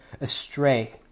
astray